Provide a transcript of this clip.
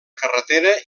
carretera